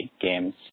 games